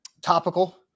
Topical